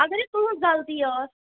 اَگرٕے تُہٕنٛز غلطی ٲس